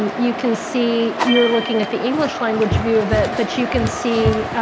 um you can see you're looking at the english language view of it. but you can see,